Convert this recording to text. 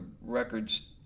records